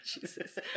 Jesus